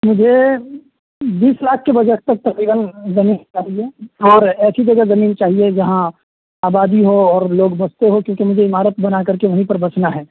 مجھے بیس لاکھ کے بجٹ تک تقریباً زمین چاہیے اور ایسی جگہ زمین چاہیے جہاں آبادی ہو اور لوگ بستے ہو کیونکہ مجھے عمارت بنا کر کے وہیں پر بسنا ہیں